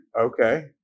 Okay